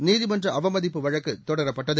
நீதிமன்ற அவமதிப்பு வழக்கு தொடரப்பட்டது